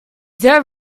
there